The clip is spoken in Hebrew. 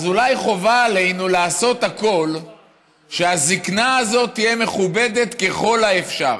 אז אולי חובה עלינו לעשות הכול כדי שהזקנה הזאת תהיה מכובדת ככל האפשר.